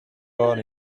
born